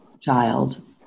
child